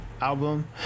album